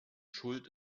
schuld